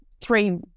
three